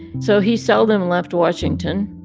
so he seldom left washington.